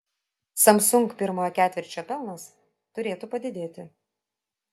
samsung pirmojo ketvirčio pelnas turėtų padidėti